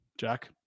Jack